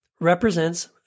represents